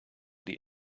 die